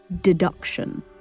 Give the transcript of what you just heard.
deduction